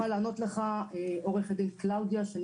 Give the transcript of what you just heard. על זה תוכל לענות לך עו"ד קלאודיה דוד מן הפרקליטות,